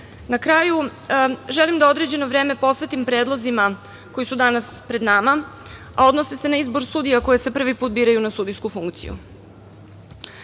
kraju, želim da određeno vreme posvetim predlozima koji su danas pred nama, a odnose se na izbor sudija koji se prvi put biraju na sudijsku funkciju. Iz